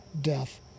death